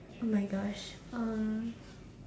oh my gosh um